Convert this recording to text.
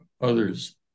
others